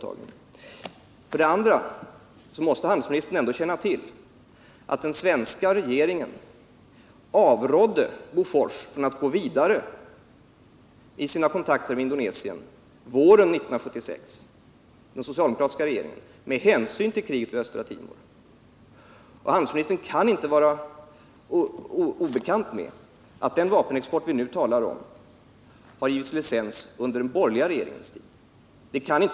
För det andra måste handelsministern ändå känna till att den socialdemokratiska regeringen våren 1976 avrådde Bofors från att gå vidare i sina kontakter med Indonesien med hänsyn till kriget på Östra Timor. Handelsministern kan inte vara obekant med det faktum att licensen för den vapenexport vi nu talar om har givits under den borgerliga regeringens tid.